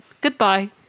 Goodbye